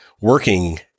working